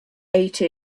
ate